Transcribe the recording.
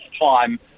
time